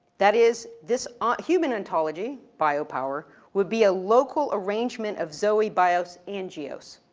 that is, this ah human ontology, biopower, would be a local arrangement of zoe, bios, and geos.